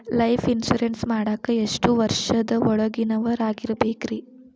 Life insurance ಮಾಡಾಕ ಎಷ್ಟು ವರ್ಷದ ಒಳಗಿನವರಾಗಿರಬೇಕ್ರಿ?